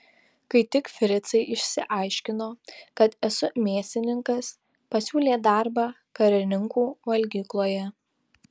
kai tik fricai išsiaiškino kad esu mėsininkas pasiūlė darbą karininkų valgykloje